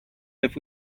live